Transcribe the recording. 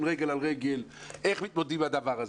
רגל על רגל איך מתמודדים עם הדבר הזה.